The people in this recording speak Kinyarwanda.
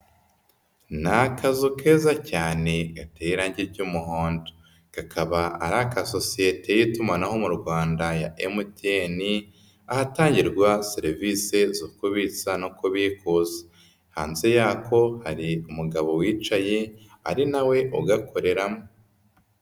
Ni akazu keza cyane gateye irangi ry'umuhondo kakaba ari aka sosiyete y'itumanaho mu Rwanda ya MTN ahatangirwa serivisi zo kubitsa no kubikuza, hanze yako hari umugabo wicaye ari na we ugakoreramo.